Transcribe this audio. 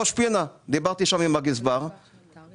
דיברתי עם הגזבר של ראש פינה,